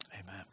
Amen